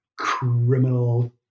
criminal